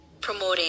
promoting